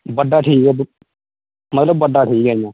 बड्डा ठीक ऐ मतलब बड्डा ठीक ऐ इं'या